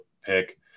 pick